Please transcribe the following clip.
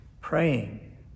praying